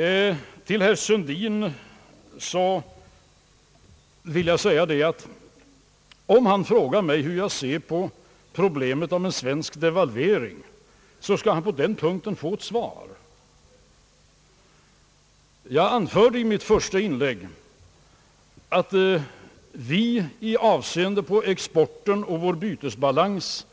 Då herr Sundin frågar mig, hur jag ser på en svensk devalvering, så skall han på den punkten få ett svar. I mitt första inlägg anförde jag, att vi med avseende på exporten och vår bytesbalans